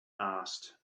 asked